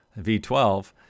V12